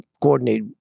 coordinate